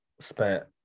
spent